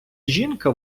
жінка